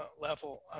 level